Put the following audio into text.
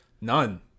None